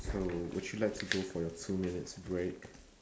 so would you like to go for your two minutes break